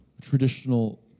traditional